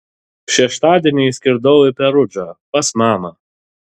šeštadienį išskridau į perudžą pas mamą